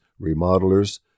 remodelers